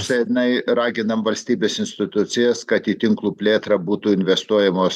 senai raginam valstybės institucijas kad į tinklų plėtrą būtų investuojamos